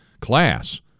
class